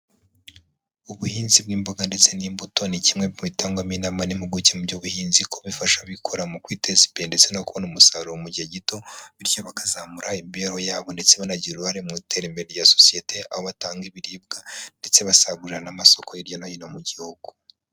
Ubuhinzi bw'imboga ndetse n'imbuto ni kimwe mu bitangwamo inama n'impuguke mu by'ubuhinzi, kuko bifasha ababikora mu kwiteza imbere ndetse no kubona umusaruro mu gihe gito, bityo bakazamura imibereho yabo ndetse banagira uruhare mu iterambere rya sosiyete, aho batanga ibiribwa, ndetse basagurira n'amasoko hirya no hino mu gihugu.